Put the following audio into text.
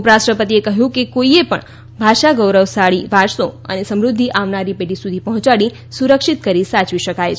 ઉપરાષ્ટ્રપતિએ કહ્યું કે કોઇએ પણ ભાષા ગૌરવશાળી વારસો અને સમૃદ્ધિ આવનારી પેઢી સુધી પહોંચાડી સુરક્ષિત કરી સાચવી શકાય છે